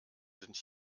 sind